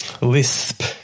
lisp